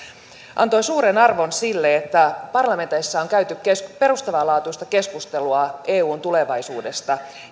antoi suuren arvon sille että parlamenteissa on käyty perustavanlaatuista keskustelua eun tulevaisuudesta